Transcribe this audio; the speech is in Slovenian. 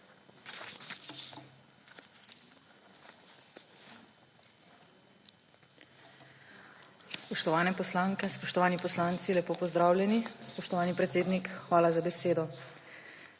Spoštovane poslanke, spoštovani poslanci, lepo pozdravljeni! Spoštovani predsednik, hvala za besedo!